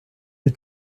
his